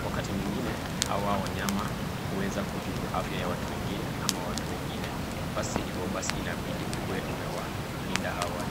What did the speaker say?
Wakati mwingine hao wanyama huwezi kudhuru afya ya watu wengine ama watu wengine. Basi, hivyo basi inabidi ukuwe umewalinda.